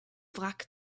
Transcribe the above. wrack